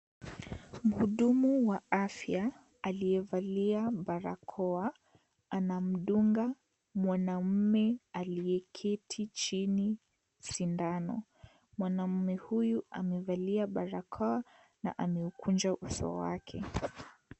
Mhudumu wa afya aliyevalia barakoa anamdunga mwanaume aliye keti chini sindano. Mwanaume huyu amevalia barakoa na ameukunja uso wake.